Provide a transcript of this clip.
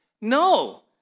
No